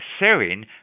serine